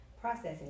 processing